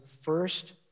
first